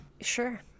Sure